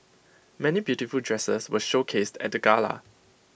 many beautiful dresses were showcased at the gala